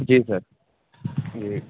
جی sir جی